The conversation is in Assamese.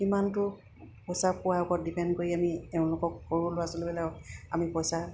কিমানটো পইচা পোৱাৰ ওপৰত ডিপেণ্ড কৰি আমি তেওঁলোকক সৰু ল'ৰা ছোৱালীবিলাকক আমি পইচা